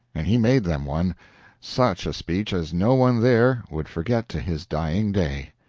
and he made them one such a speech as no one there would forget to his dying day.